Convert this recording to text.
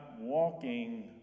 walking